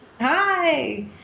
Hi